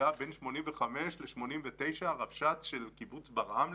להגיע לרבש"ץ שהיה בין 1985 ל-1989 של קיבוץ ברעם,